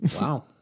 wow